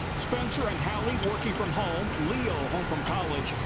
spencer and halle working from home, leo home from college,